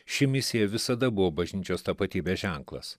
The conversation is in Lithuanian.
ši misija visada buvo bažnyčios tapatybės ženklas